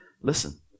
Listen